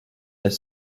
elle